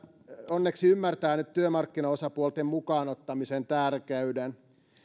onneksi ymmärtää työmarkkinaosapuolten mukaan ottamisen tärkeyden